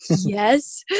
yes